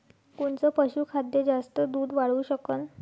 कोनचं पशुखाद्य जास्त दुध वाढवू शकन?